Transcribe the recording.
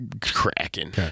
Cracking